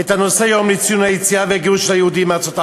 את הנושא יום לציון היציאה והגירוש של היהודים מארצות ערב,